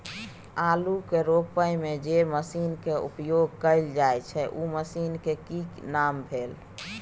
आलू के रोपय में जे मसीन के उपयोग कैल जाय छै उ मसीन के की नाम भेल?